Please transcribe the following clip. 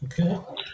Okay